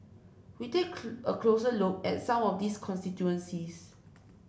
we take a closer look at some of these constituencies